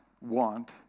want